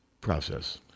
process